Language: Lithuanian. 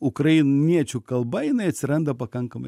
ukrainiečių kalba jinai atsiranda pakankamai